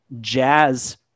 jazz